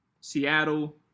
seattle